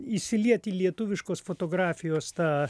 įsiliet į lietuviškos fotografijos tą